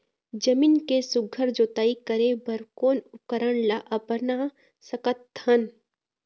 जमीन के सुघ्घर जोताई करे बर कोन उपकरण ला अपना सकथन?